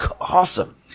awesome